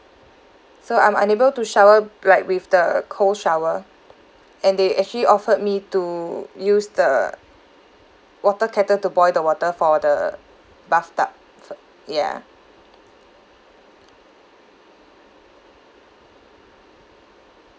so I'm unable to shower right with the cold shower and they actually offered me to use the water kettle to boil the water for the bathtub f~ ya